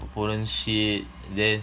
opponents shit then